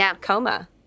coma